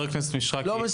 לא מספק.